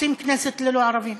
רוצים כנסת ללא ערבים,